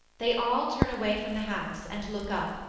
they all turn away from the house and look up,